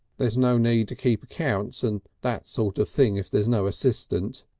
there's no need to keep accounts and that sort of thing if there's no assistant.